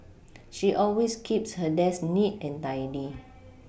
she always keeps her desk neat and tidy